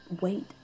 wait